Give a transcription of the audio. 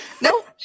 Nope